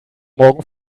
morgen